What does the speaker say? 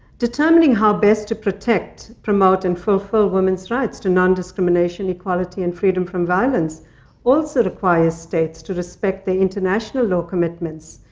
determining how best to protect, promote, and fulfill women's rights to nondiscrimination, equality, and freedom from violence also requires states to respect their international law commitments,